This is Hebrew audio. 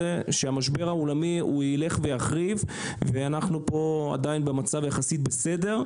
שהמשבר העולמי הוא ילך ויחריף ואחנו פה עדיין במצב יחסית בסדר,